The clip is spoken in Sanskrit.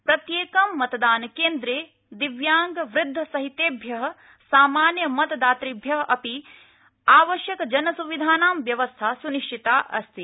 प्रत्येकं मतदानकेन्द्रे दिव्याङ्ग वृद्धसहितेभ्यः समान्यमतदातृभ्यः अपि आवश्यक जनसुविधानां व्यवस्था सुनिधिता अस्ति